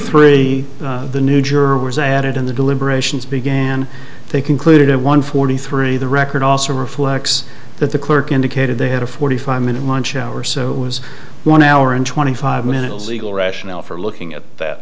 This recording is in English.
in the deliberations began they concluded at one forty three the record also reflects that the clerk indicated they had a forty five minute lunch hour or so was one hour and twenty five minutes legal rationale for looking at that